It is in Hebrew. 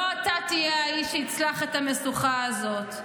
לא אתה תהיה האיש שיצלח את המשוכה הזאת.